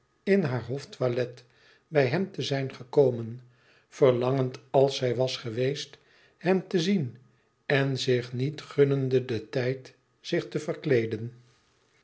in haar hoftoilet bij hem te zijn gekomen verlangend als zij was geweest hem te zien en zich niet gunnende den tijd zich te verkleeden